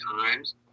times